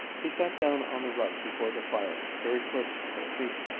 he sat down on the rug before the fire, very close to her feet,